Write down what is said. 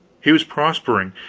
he was prospering,